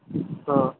হ্যাঁ